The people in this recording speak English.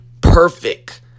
perfect